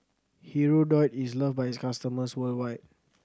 Hirudoid is loved by its customers worldwide